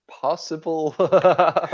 possible